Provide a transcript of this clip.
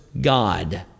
God